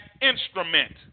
instrument